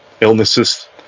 Illnesses